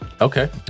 okay